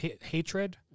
hatred